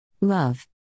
Love